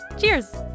cheers